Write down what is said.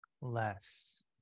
less